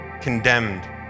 condemned